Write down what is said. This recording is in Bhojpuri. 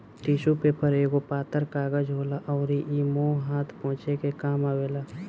टिशु पेपर एगो पातर कागज होला अउरी इ मुंह हाथ पोछे के काम आवेला